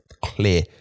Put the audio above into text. clear